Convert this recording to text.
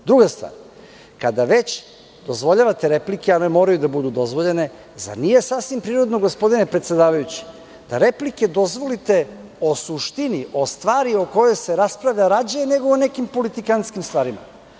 Druga, stvar, kada već dozvoljavate replike, a ne moraju da budu dozvoljene, zar nije sasvim prirodno gospodine predsedavajući, da replike dozvolite o suštini stvari o kojoj se raspravlja, nego o nekim politikanskim stvarima?